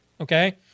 okay